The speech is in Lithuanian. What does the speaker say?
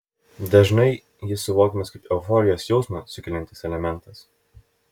dažnai jis suvokiamas kaip euforijos jausmą sukeliantis elementas